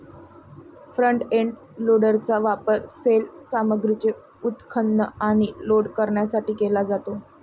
front end लोडरचा वापर सैल सामग्रीचे उत्खनन आणि लोड करण्यासाठी केला जातो